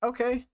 Okay